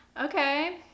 okay